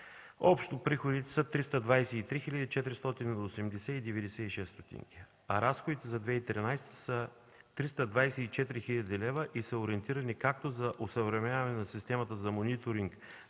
общо приходите са 323 488,96 лв., а разходите за 2013 г. са 324 хил. лв. и са ориентирани както за осъвременяване на системата за мониторинг